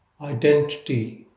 identity